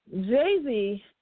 Jay-Z